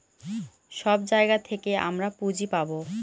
সব জায়গা থেকে আমরা পুঁজি পাবো